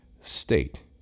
state